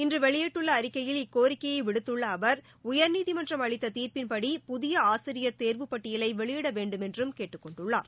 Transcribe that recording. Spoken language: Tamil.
இன்று வெளியிட்டுள்ள அறிக்கையில் இக்கோரிக்கையை விடுத்துள்ள அவர் உயர்நீதிமன்றம் அளித்த தீர்ப்பின்படி புதிய ஆசிரியர் தேர்வு பட்டியலை வெளியிட வேண்டுமென்றும் கேட்டுக் கொண்டுள்ளார்